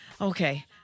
Okay